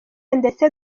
ndetse